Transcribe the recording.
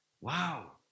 Wow